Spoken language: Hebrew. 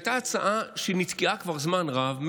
הייתה הצעה שנתקעה כבר זמן רב,